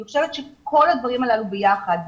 אני חושבת שכל הדברים האלה ביחד,